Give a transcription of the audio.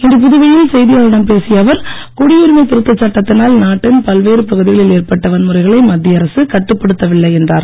இன்று புதுவையில் செய்தியாளர்களிடம் பேசிய அவர் குடியுரிமை திருத்தச் சட்டத்தினால் நாட்டின் பல்வேறு பகுதிகளில் ஏற்பட்ட வன்முறைகளை மத்திய அரசு கட்டுப்படுத்தவில்லை என்றார்